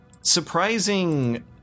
surprising